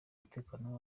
umutekano